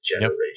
generation